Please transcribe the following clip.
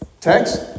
Text